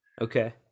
Okay